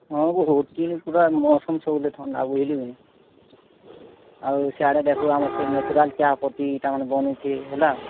ହଁ ବହୁ ଓଟି ପୁରା ମୌସମ୍ ସବୁବେଳେ ଥଣ୍ତା ବୁଝିଲୁ କି ନାଇଁ ଆଉ ସିୟାଡ଼େ ଦେଖୁ ଆମ ସେ ନ୍ୟାଚୁରାଲ୍ ଚାପତିଟା ମାନ ବନୁଛି ହେଲା